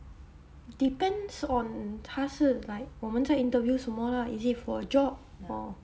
depends on 他是 like 我们在 interview 什么啦 is it for job for